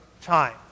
time